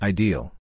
Ideal